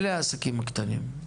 אלה העסקים הקטנים.